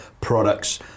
products